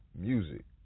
music